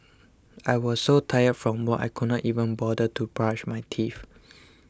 I was so tired from work I could not even bother to brush my teeth